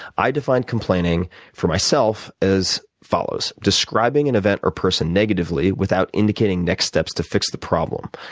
i define complaining for myself as follows describing an event or person negatively without indicating next steps to fix the problem.